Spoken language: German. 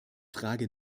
frage